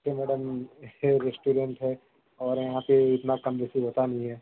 देखिए मैडम एक ही रेस्टोरेंट है और यहाँ पर इतना कम वैसे होता नहीं है